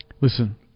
Listen